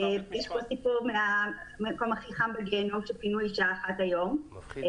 יש פה סיפור מ"המקום הכי חם בגיהינום" שפינו אישה אחת אתמול.